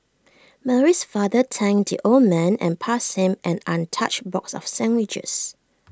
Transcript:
Mary's father thanked the old man and passed him an untouched box of sandwiches